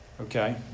okay